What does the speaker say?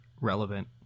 relevant